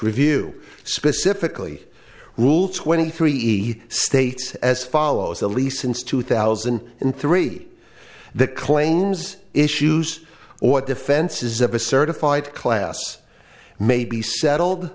review specifically rule twenty three states as follows the least since two thousand and three the claims issues or defenses of a certified class may be settled